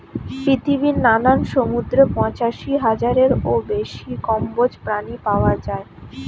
পৃথিবীর নানান সমুদ্রে পঁচাশি হাজারেরও বেশি কম্বোজ প্রাণী পাওয়া যায়